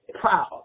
proud